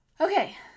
Okay